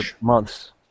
months